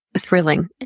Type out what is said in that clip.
thrilling